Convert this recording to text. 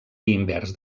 invers